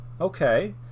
Okay